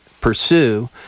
pursue